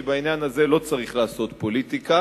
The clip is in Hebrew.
כי בעניין הזה לא צריך לעשות פוליטיקה.